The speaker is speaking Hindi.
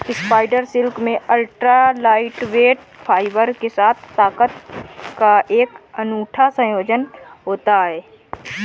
स्पाइडर सिल्क में अल्ट्रा लाइटवेट फाइबर के साथ ताकत का एक अनूठा संयोजन होता है